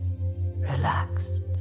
relaxed